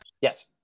Yes